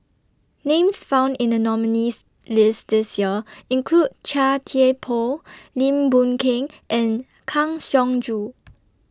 Names found in The nominees' list This Year include Chia Thye Poh Lim Boon Keng and Kang Siong Joo